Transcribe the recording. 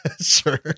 sure